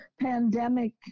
pandemic